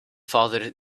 father